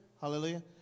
hallelujah